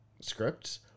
scripts